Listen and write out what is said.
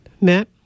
Matt